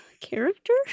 Character